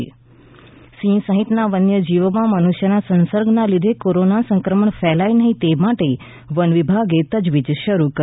ઃ સિંહ સહિતના વન્યજીવોમાં મનુષ્યના સંસર્ગને લીધે કોરોના સંક્રમણ ફેલાય નહીં તે માટે વન વિભાગે તજવીજ શરૂ કરી